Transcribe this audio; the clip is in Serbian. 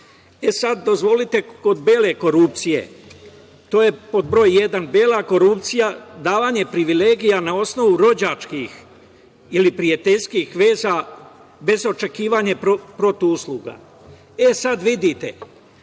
sada dozvolite, kod bele korupcije, to je pod broj jedan. Bela korupcija - davanje privilegija na osnovu rođačkih ili prijateljskih veza, bez očekivanja protivusluga. E, sada vidite,